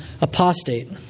apostate